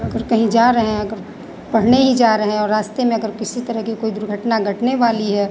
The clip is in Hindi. अगर कहीं जा रहे हैं अगर पढ़ने ही जा रहे हैं और रास्ते में अगर किसी तरह की कोई दुर्घटना घटने वाली है